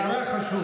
זו הערה חשובה.